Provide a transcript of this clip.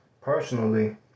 personally